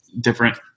different